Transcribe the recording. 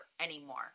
anymore